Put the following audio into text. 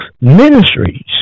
ministries